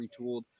retooled